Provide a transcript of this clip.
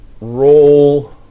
Roll